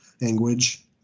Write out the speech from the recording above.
language